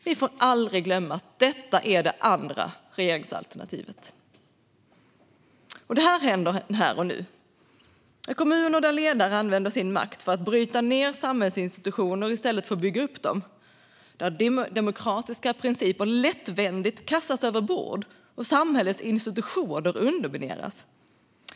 Vi får aldrig glömma att det är det som är det andra regeringsalternativet. Detta händer här och nu i kommuner där ledare använder sin makt för att bryta ned samhällsinstitutioner i stället för att bygga upp dem, där demokratiska principer lättvindigt kastas över bord och där samhällets institutioner undermineras.